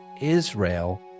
israel